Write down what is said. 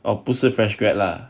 哦不是 fresh grad lah